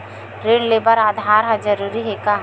ऋण ले बर आधार ह जरूरी हे का?